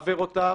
עבירותיו